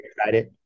excited